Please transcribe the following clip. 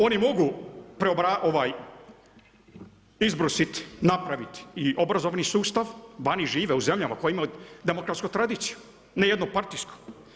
Oni mogu izbrusit, napravit i obrazovni sustav, vani žive u zemljama koje imaju demokratsku tradiciju, ne jednopartijsku.